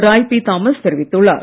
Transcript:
Rai P Thomas தெரிவித்துள்ளார்